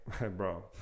Bro